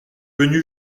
venu